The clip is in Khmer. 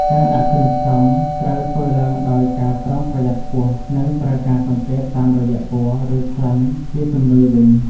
ការដាក់គ្រឿងផ្សំត្រូវធ្វើឡើងដោយការប្រុងប្រយ័ត្នខ្ពស់ និងប្រើការសង្កេតតាមរយៈពណ៌ ឬក្លិនជាជំនួយវិញ។